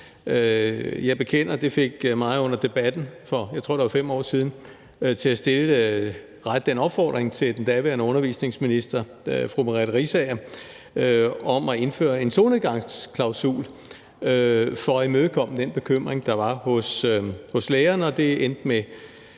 Jeg bekender, at det fik mig til under debatten – jeg tror, det er 5 år siden – at rette en opfordring til den daværende undervisningsminister, fru Merete Riisager, om at indføre en solnedgangsklausul for at imødekomme den bekymring, der var blandt lærerne.